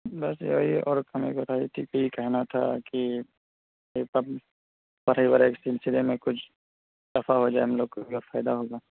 بس یہی ہے اور کمی کوتاہی ٹھیک ہے یہ کہنا تھا کہ پڑھائی وڑھائی کے سلسلے میں کچھ رفع ہو جائے ہم لوگوں کو فائدہ ہوگا